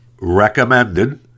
recommended